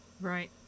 Right